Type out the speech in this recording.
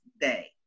day